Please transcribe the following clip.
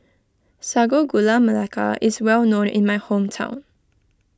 Sago Gula Melaka is well known in my hometown